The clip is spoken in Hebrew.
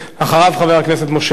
חבר הכנסת משה גפני,